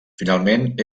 finalment